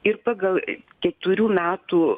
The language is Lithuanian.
ir pagal keturių metų